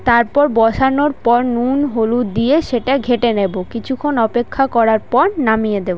তারপর বসানোর পর নুন হলুদ দিয়ে সেটা ঘেঁটে নেবো কিছুক্ষণ অপেক্ষা করার পর নামিয়ে দেবো